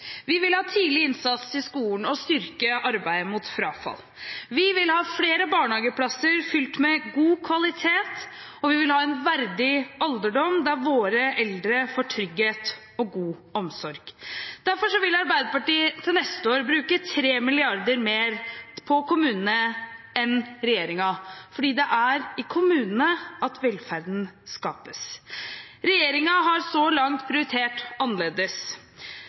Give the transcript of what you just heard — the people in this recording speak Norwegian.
Vi vil ha tidlig innsats i skolen og styrke arbeidet mot frafall, vi vil ha flere barnehageplasser fylt med god kvalitet, og vi vil ha en verdig alderdom der våre eldre får trygghet og god omsorg. Derfor vil Arbeiderpartiet til neste år bruke 3 mrd. kr mer på kommunene enn regjeringen, for det er i kommunene at velferden skapes. Regjeringen har så langt prioritert annerledes